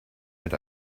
mit